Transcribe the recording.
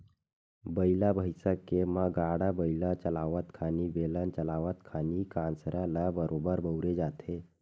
बइला भइसा के म गाड़ा बइला चलावत खानी, बेलन चलावत खानी कांसरा ल बरोबर बउरे जाथे